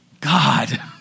God